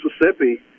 Mississippi